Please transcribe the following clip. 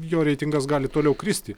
jo reitingas gali toliau kristi